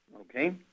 Okay